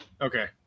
Okay